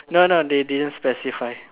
no no they didn't specify